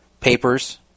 papers